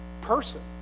person